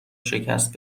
شکست